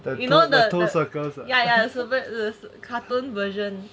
you know the circles ya ya the the cartoon version